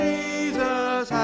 Jesus